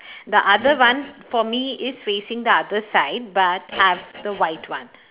the other one for me is facing the other side but I have the white one